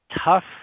tough